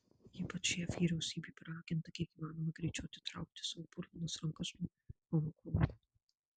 ypač jav vyriausybė paraginta kiek įmanoma greičiau atitraukti savo purvinas rankas nuo honkongo